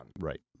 Right